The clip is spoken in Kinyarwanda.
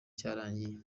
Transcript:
cyararangiye